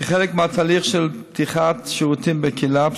כחלק מהתהליך של פתיחת שירותים בקהילה,